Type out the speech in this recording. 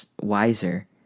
wiser